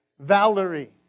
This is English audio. Valerie